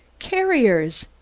carriers!